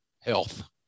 health